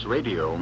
Radio